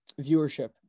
viewership